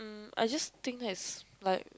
I just think that it's like